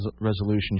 Resolution